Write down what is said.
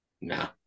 No